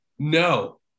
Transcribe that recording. No